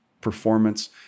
performance